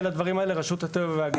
על הדברים האלה: רשות הטבע והגנים.